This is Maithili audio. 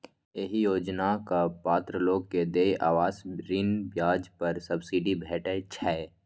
एहि योजनाक पात्र लोग कें देय आवास ऋण ब्याज पर सब्सिडी भेटै छै